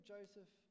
Joseph